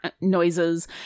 noises